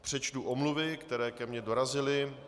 Přečtu omluvy, které ke mně dorazily.